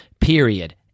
Period